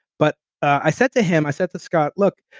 but i said to him, i said to scott, look.